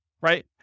right